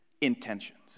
intentions